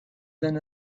d’un